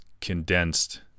condensed